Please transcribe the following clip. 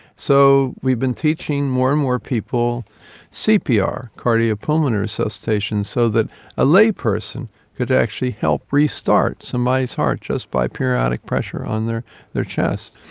so we've been teaching more and more people cpr, cardio pulmonary resuscitation, so that a layperson could actually help restart somebody's heart just by periodic pressure on their their chest.